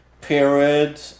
period